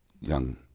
young